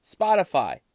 Spotify